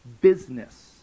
business